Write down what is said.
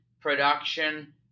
production